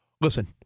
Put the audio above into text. Listen